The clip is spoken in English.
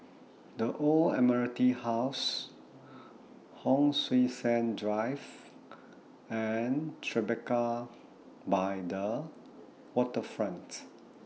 The Old Admiralty House Hon Sui Sen Drive and Tribeca By The Waterfronts